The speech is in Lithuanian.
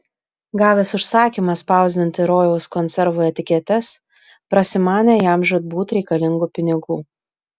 gavęs užsakymą spausdinti rojaus konservų etiketes prasimanė jam žūtbūt reikalingų pinigų